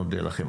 נודה לכם.